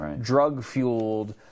drug-fueled